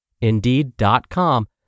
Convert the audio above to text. Indeed.com